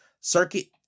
circuit